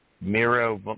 Miro